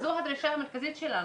אז זו הדרישה המרכזית שלנו,